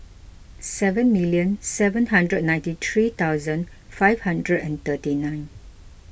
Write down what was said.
seven million seven hundred and ninety three thousand five hundred and thirty nine